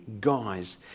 guys